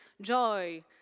joy